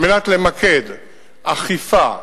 על מנת למקד אכיפה,